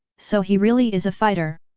so he really is a fighter!